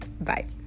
Bye